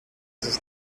sus